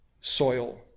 soil